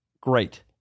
Great